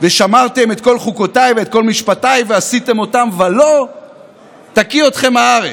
"ושמרתם את כל חֻקֹּתַי ואת כל משפטי ועשיתם אתם ולא תקיא אתכם הארץ".